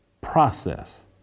process